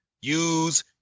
use